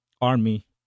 army